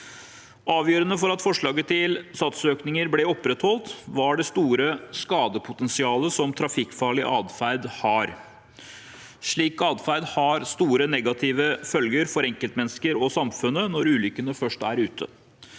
Avgjørende for at forslaget til satsøkninger ble opprettholdt, var det store skadepotensialet som trafikkfarlig adferd har. Slik adferd har store negative følger for enkeltmennesker og samfunnet når ulykkene først er ute.